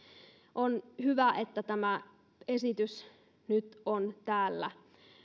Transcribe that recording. on hyvä että tämä esitys nyt on täällä